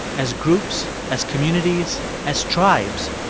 as groups, as communities, as tribes,